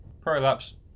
Prolapse